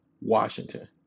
Washington